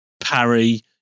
parry